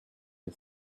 you